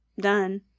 done